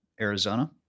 Arizona